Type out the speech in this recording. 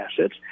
assets